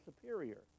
superior